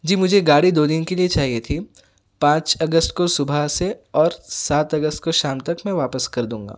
جی مجھے گاڑی دو دِن کے لیے چاہیے تھی پانچ اگست کو صُبح سے اور سات اگست کو شام تک میں واپس کر دوں گا